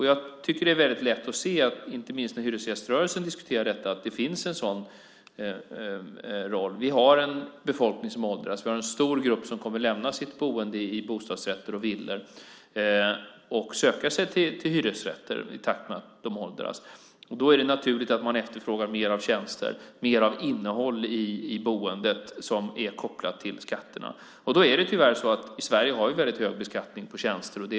Jag tycker att det är lätt att se, inte minst när hyresgäströrelsen diskuterar detta, att det finns en sådan roll. Vi har en befolkning som åldras. Vi har en stor grupp som kommer att lämna sitt boende i bostadsrätter och villor och söka sig till hyresrätter i takt med att de åldras. Då är det naturligt att man efterfrågar mer av tjänster och mer av innehåll i boendet som är kopplat till skatterna. Tyvärr har vi hög beskattning på tjänster i Sverige.